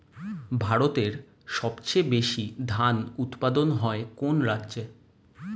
ভারতের সবচেয়ে বেশী ধান উৎপাদন হয় কোন রাজ্যে?